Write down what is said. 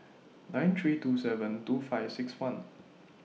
nine three two seven two five six one